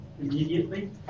immediately